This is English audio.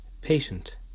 patient